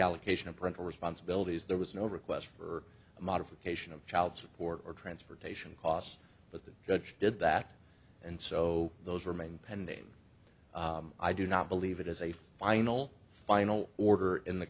allocation of parental responsibilities there was no request for a modification of child support or transportation costs but the judge did that and so those remain pending i do not believe it as a final final order in the